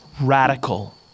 radical